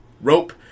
rope